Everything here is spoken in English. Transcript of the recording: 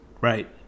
right